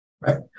Right